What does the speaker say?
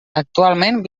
actualment